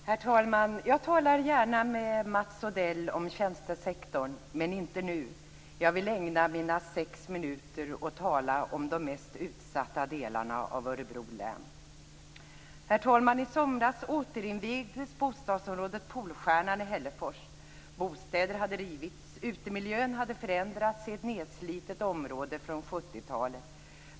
Herr talman! Jag talar gärna med Mats Odell om tjänstesektorn, men inte nu. Jag vill ägna mina sex minuter åt att tala om de mest utsatta delarna av Örebro län. Herr talman! I somras återinvigdes bostadsområdet Polstjärnan i Hällefors. Bostäder hade rivits. Utemiljön hade förändrats i ett nedslitet område från 70-talet.